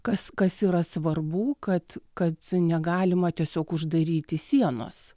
kas kas yra svarbu kad kad negalima tiesiog uždaryti sienos